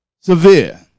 severe